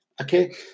okay